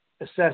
assess